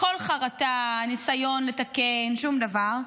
בלי כל חרטה, ניסיון לתקן, שום דבר,